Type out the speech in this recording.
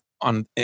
on